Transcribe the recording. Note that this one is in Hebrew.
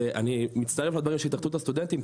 ואני מצטרף לדברים של התאחדות הסטודנטים,